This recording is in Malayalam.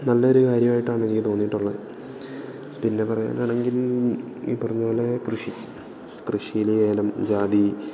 നല്ലൊരു കാര്യമായിട്ടാണ് എനിക്ക് തോന്നിയിട്ടുള്ളത് പിന്നെ പറയാനാണെങ്കിൽ ഈ പറഞ്ഞപോലെ കൃഷി കൃഷിയിൽ ഏലം ജാതി